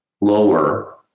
lower